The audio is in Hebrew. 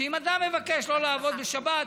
שאם אדם מבקש שלא לעבוד בשבת,